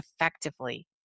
effectively